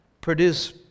Produce